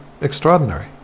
extraordinary